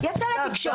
לתקשורת.